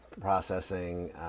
processing